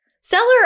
Seller